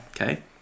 Okay